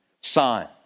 sign